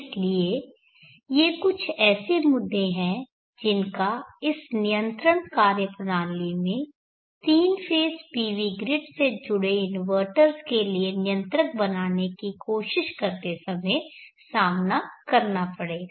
इसलिए ये कुछ ऐसे मुद्दे हैं जिनका इस नियंत्रण कार्यप्रणाली में 3 फेज़ PV ग्रिड से जुड़े इन्वर्टर्स के लिए नियंत्रक बनाने की कोशिश करते समय सामना करना पड़ेगा